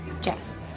Jess